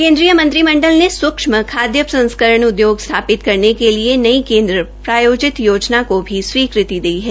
केन्द्रीय मंत्रिमंडल ने सूक्ष्म खादय प्रसंस्करण उदयोग स्थापित करने के लिए नई केन्द्र प्रायोजित योजना को भी स्वीकृति दे दी है